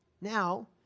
Now